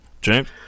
James